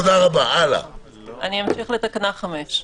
גור, איך הדבר הזה מתיישב,